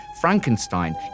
Frankenstein